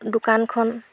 দোকানখন